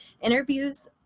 Interviews